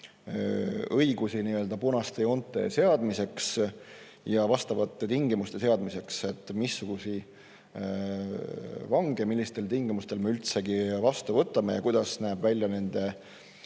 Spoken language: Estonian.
õigusi nii-öelda punaste joonte seadmiseks ja vastavate tingimuste seadmiseks, et missuguseid vange millistel tingimustel me üldsegi vastu võtame ja kuidas näeb välja nende,